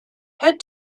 head